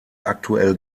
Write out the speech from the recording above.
aktuell